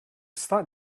start